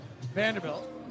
Vanderbilt